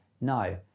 No